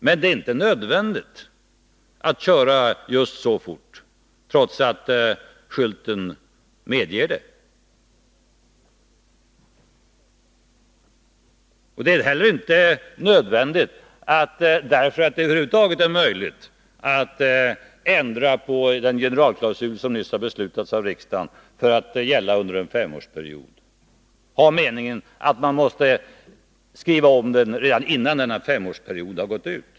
Men det är inte nödvändigt att köra just så fort, trots att skylten medger det. Det är heller inte nödvändigt att ha den meningen att man, därför att det över huvud taget är möjligt att ändra på den generalklausul som nyss har beslutats av riksdagen för att gälla under en femårsperiod, måste skriva om den redan innan denna femårsperiod gått ut.